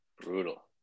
Brutal